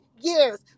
years